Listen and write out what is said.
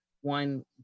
one